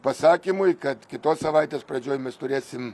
pasakymui kad kitos savaitės pradžioj mes turėsim